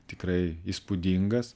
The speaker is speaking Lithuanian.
tikrai įspūdingas